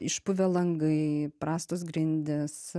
išpuvę langai prastos grindys